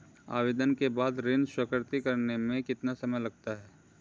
आवेदन के बाद ऋण स्वीकृत करने में कितना समय लगता है?